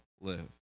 live